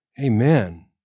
Amen